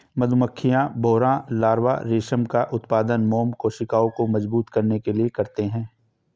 मधुमक्खियां, भौंरा लार्वा रेशम का उत्पादन मोम कोशिकाओं को मजबूत करने के लिए करते हैं